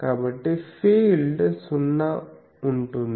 కాబట్టి ఫీల్డ్ సున్నా ఉంటుంది